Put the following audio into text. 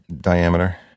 diameter